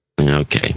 Okay